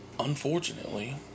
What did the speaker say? Unfortunately